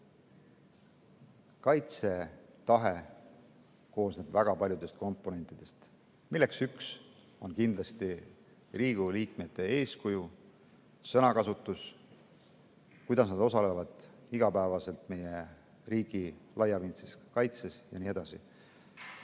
Kaitsetahe koosneb väga paljudest komponentidest, millest üks on kindlasti Riigikogu liikmete eeskuju, sõnakasutus, see, kuidas nad osalevad igapäevaselt meie riigi laiapindses kaitses jne.